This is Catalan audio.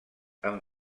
han